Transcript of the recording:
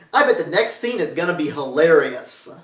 i bet the next scene is gonna be hilarious!